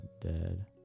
dead